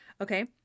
Okay